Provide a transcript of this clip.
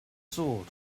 sword